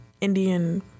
Indian